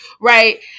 Right